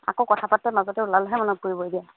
আকৌ কথা পাতোতে মাজতে ওলালেহে মনত পৰিব এতিয়া